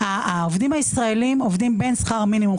העובדים הישראלים עובדים בשכר שהוא בין שכר מינימום,